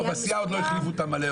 בסיעה עוד לא החליפו את ממלא-המקום,